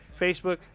Facebook